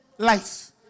Life